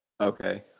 Okay